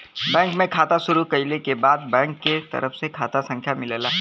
bank में खाता शुरू कइले क बाद बैंक के तरफ से खाता संख्या मिलेला